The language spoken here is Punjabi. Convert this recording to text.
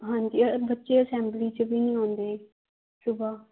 ਹਾਂਜੀ ਬੱਚੇ ਅਸੈਂਬਲੀ 'ਚ ਵੀ ਨਹੀਂ ਆਉਂਦੇ ਸੁਬਹਾ